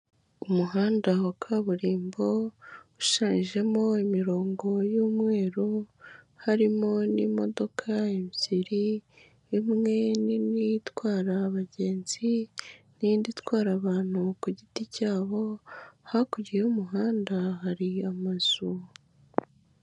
Umuhanda wa kaburimbo ushushanyijemo imirongo y'umweru harimo n'imodoka ebyiri, imwe nini itwara abagenzi n'indi itwara abantu ku giti cyabo, hakurya y'umuhanda hari amazu.